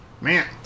Man